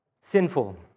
Sinful